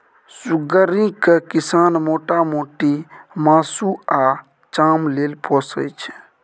सुग्गरि केँ किसान मोटा मोटी मासु आ चाम लेल पोसय छै